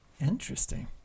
interesting